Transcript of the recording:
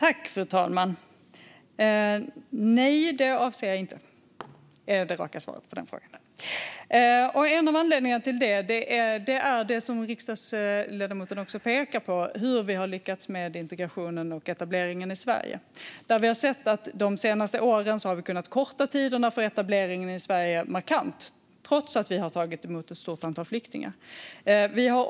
Fru talman! Nej, det avser jag inte. Det är det raka svaret på den frågan. En av anledningarna är det som riksdagsledamoten pekar på, nämligen hur vi har lyckats med integrationen och etableringen i Sverige. Vi har de senaste åren sett att tiden för etableringen i Sverige har kortats markant, trots att Sverige har tagit emot ett stort antal flyktingar.